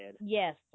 Yes